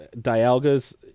Dialga's